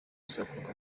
bizakorwa